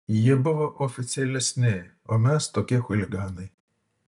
jie buvo oficialesni o mes tokie chuliganai